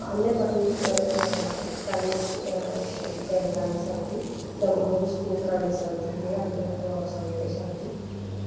अन्यत् अपि कनीश् ग्रन्थानि सन्ति लघु लघु स्तोत्राणि सन्ति ते अपि म मम समीपे सन्ति